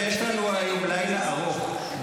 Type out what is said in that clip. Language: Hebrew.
חבר'ה, יש לנו היום לילה ארוך.